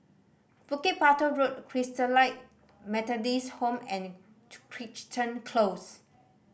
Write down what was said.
Bukit Batok Road Christalite Methodist Home and Crichton Close